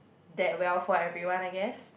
that well for everyone I guess